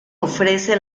ofrece